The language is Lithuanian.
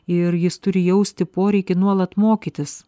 ir jis turi jausti poreikį nuolat mokytis